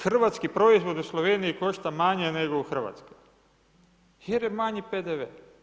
Hrvatski proizvod u Sloveniji, košta manje nego u Hrvatskoj, jer je manji PDV.